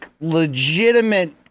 legitimate